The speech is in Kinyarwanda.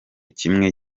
kimwe